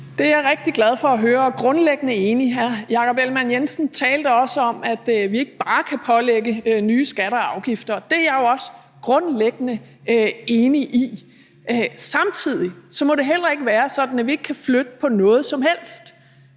Det er jeg rigtig glad for at høre, og jeg er grundlæggende enig. Hr. Jakob Ellemann-Jensen talte også om, at vi ikke bare kan pålægge nye skatter og afgifter. Det er jeg jo også grundlæggende enig i. Samtidig må det heller ikke være sådan, at vi ikke kan flytte på noget som helst.